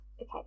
Okay